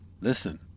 Listen